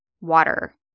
Water